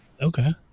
Okay